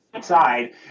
side